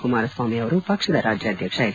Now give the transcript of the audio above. ಕುಮಾರಸ್ವಾಮಿ ಅವರು ಪಕ್ಷದ ರಾಜ್ಯಾಧ್ಯಕ್ಷ ಎಚ್